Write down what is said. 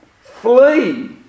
flee